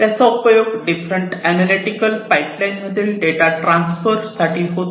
त्याचा उपयोग different analytical pipeline मधील डेटा ट्रान्सफर साठी होतो